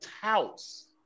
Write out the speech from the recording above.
house